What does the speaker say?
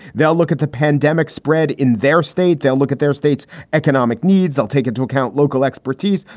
they'll look at the pandemic spread in their state. they'll look at their state's economic needs. they'll take into account local expertise.